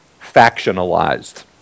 factionalized